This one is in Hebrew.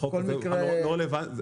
החוק הזה לא רלוונטי,